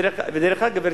דרך אגב,